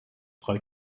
drei